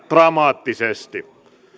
dramaattisesti